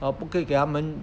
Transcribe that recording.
hor 不可以给他们